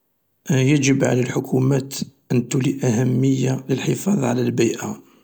يجب على الحكومات ان الي أهمية للحفاظ على البيئة.